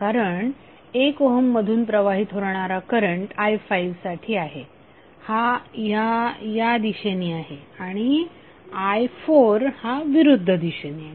कारण 1 ओहम मधून प्रवाहित होणारा करंट i5साठी आहे हा या या दिशेने आहे आणि i4 हा विरुद्ध दिशेने आहे